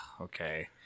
okay